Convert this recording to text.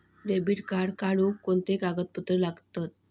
Debit card काढुक कोणते कागदपत्र लागतत?